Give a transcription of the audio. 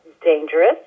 dangerous